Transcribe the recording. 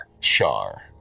Char